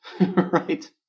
right